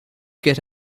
get